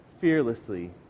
fearlessly